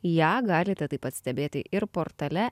ją galite taip pat stebėti ir portale